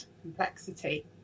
complexity